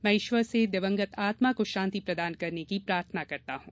मै ईश्वर से दिवंगत आत्मा को शान्ति प्रदान करने की प्रार्थना करता हूँ